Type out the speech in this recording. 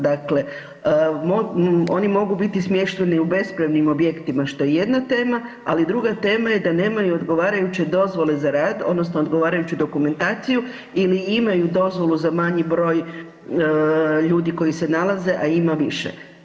Dakle, oni mogu biti smješteni u bespravnim objektima što je jedna tema, ali druga tema je da nemaju odgovarajuće dozvole za rad odnosno odgovarajuću dokumentaciju ili imaju dozvolu za manji broj ljudi koji se nalaze, a ima više.